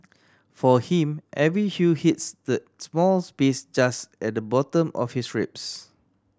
for him every hue hits that small space just at the bottom of his ribs